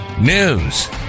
news